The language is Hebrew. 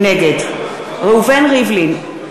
נגד ראובן ריבלין,